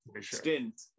stint